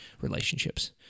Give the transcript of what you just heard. relationships